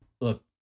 Look